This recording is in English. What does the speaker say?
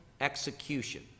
execution